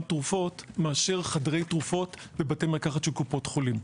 תרופות מאשר חדרי תרופות ובתי מרקחת של קופות חולים.